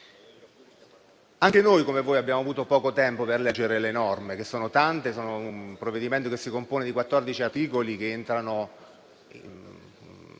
Anche noi, come voi, abbiamo avuto poco tempo per leggere le norme, che sono tante. Parliamo di un provvedimento che si compone di 14 articoli, che trattano